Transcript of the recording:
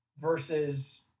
versus